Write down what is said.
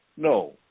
No